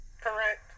Correct